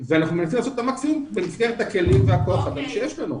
ואנחנו ננסה לעשות את המקסימום בכוח האדם שיש לנו.